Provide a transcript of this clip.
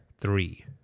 three